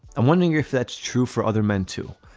i'm wondering if that's true for other men, too.